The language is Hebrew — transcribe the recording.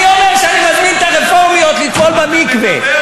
אני אומר שאני מזמין את הרפורמיות לטבול במקווה,